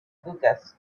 hookahs